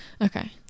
Okay